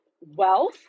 wealth